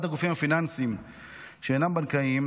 הדרת הגופים הפיננסיים שאינם בנקאיים